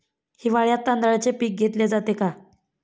हिवाळ्यात तांदळाचे पीक घेतले जाते का?